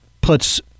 puts